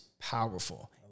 powerful